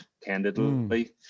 candidly